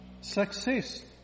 Success